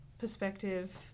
perspective